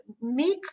make